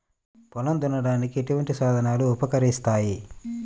పొలం దున్నడానికి ఎటువంటి సాధనలు ఉపకరిస్తాయి?